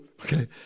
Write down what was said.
Okay